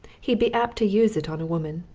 he'd be apt to use it on a woman,